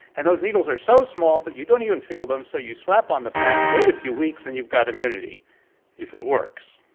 and those needles are so small that you don't even feel them. so you slap on the patch, wait a few weeks. and you've got immunity if it works